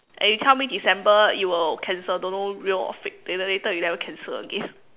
and you tell me December you will cancel don't know real or fake later later you never cancel again